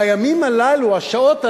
והימים הללו, השעות הללו,